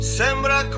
sembra